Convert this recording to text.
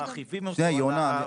איפה?